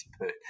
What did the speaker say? put